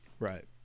Right